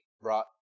brought